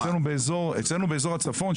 אצלנו באזור הצפון,